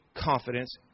confidence